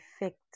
effect